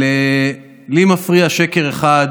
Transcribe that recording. אבל לי מפריע שקר אחד